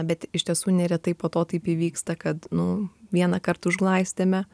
bet iš tiesų neretai po to taip įvyksta kad nu vieną kartą užglaistėme